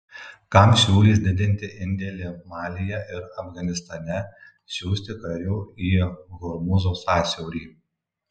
kam siūlys didinti indėlį malyje ir afganistane siųsti karių į hormūzo sąsiaurį